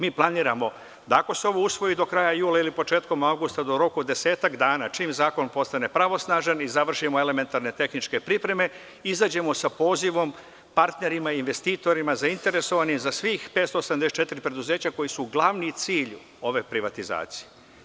Mi planiramo, ako se ovo usvoji do kraja jula ili početka avgusta, da u roku od desetak dana, čim zakon postane pravosnažan, završimo elementarne tehničke pripreme i izađemo sa pozivom partnerima i investitorima zainteresovanim za svih 584 preduzeća koja su glavni cilj ove privatizacije.